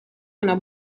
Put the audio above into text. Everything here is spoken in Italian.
una